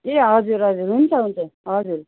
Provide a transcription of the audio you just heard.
ए हजुर हजुर हुन्छ हुन्छ हजुर